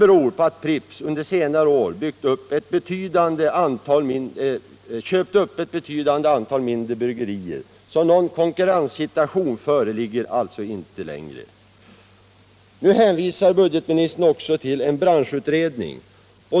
Pripps har under senare år köpt upp ett betydande antal mindre bryggerier. Någon konkurrenssituation föreligger alltså inte längre. 13 Nu hänvisar budgetministern också till en branschutredning.